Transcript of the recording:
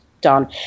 done